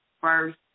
first